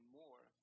more